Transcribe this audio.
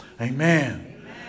Amen